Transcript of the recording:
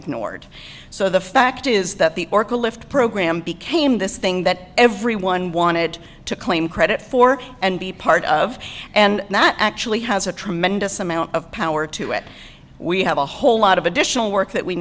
ignored so the fact is that the orca lift program became this thing that everyone wanted to claim credit for and be part of and that actually has a tremendous amount of power to it we have a whole lot of additional work that we